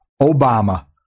Obama